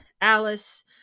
Alice